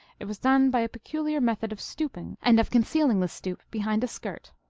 it was done by a peculiar method of stooping, and of con cealing the stoop behind a skirt.